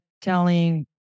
telling